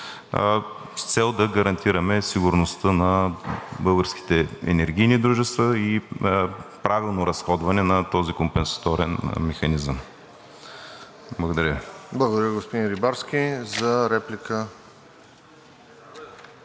с цел да гарантираме сигурността на българските енергийни дружества и правилно разходване на този компенсаторен механизъм. Благодаря Ви. ПРЕДСЕДАТЕЛ РОСЕН ЖЕЛЯЗКОВ: Благодаря, господин Рибарски. За реплика?